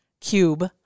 cube